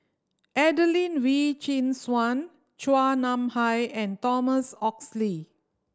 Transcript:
Adelene Wee Chin Suan Chua Nam Hai and Thomas Oxley